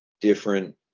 different